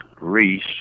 Reese